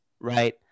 Right